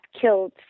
killed